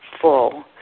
full